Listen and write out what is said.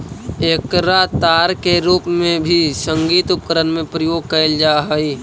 एकरा तार के रूप में भी संगीत उपकरण में प्रयोग कैल जा हई